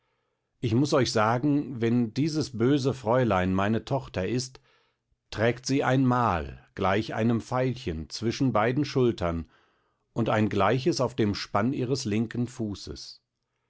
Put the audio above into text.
ich muß euch sagen wenn dieses böse fräulein meine tochter ist trägt sie ein mal gleich einem veilchen zwischen beiden schultern und ein gleiches auf dem spann ihres linken fußes